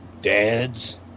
dads